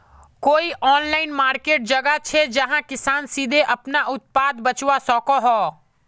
कोई online market जगह छे जहाँ किसान सीधे अपना उत्पाद बचवा सको हो?